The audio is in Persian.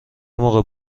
موقع